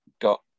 got